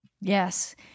Yes